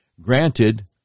granted